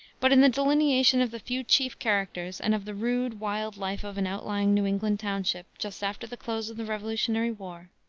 but in the delineation of the few chief characters and of the rude, wild life of an outlying new england township just after the close of the revolutionary war,